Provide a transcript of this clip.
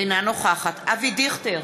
אינה נוכחת אבי דיכטר,